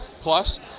Plus